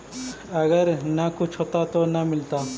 अगर न कुछ होता तो न मिलता?